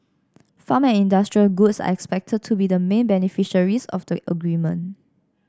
farm and industrial goods are expected to be the main beneficiaries of the agreement